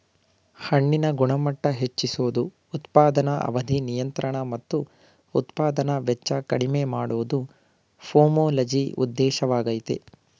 ಹಣ್ಣಿನ ಗುಣಮಟ್ಟ ಹೆಚ್ಚಿಸೋದು ಉತ್ಪಾದನಾ ಅವಧಿ ನಿಯಂತ್ರಣ ಮತ್ತು ಉತ್ಪಾದನಾ ವೆಚ್ಚ ಕಡಿಮೆ ಮಾಡೋದು ಪೊಮೊಲಜಿ ಉದ್ದೇಶವಾಗಯ್ತೆ